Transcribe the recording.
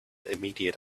immediate